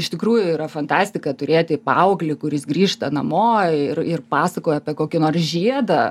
iš tikrųjų yra fantastika turėti paauglį kuris grįžta namo ir ir pasakoja apie kokį nors žiedą